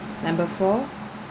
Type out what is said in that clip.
number four